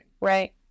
Right